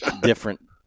different